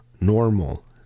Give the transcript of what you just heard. normal